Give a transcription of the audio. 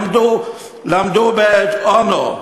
למדו ב"אונו",